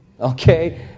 okay